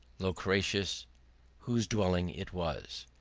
loquacious whose dwelling it was.